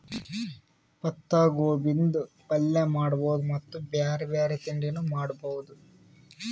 ಪತ್ತಾಗೋಬಿದ್ ಪಲ್ಯ ಮಾಡಬಹುದ್ ಮತ್ತ್ ಬ್ಯಾರೆ ಬ್ಯಾರೆ ತಿಂಡಿನೂ ಮಾಡಬಹುದ್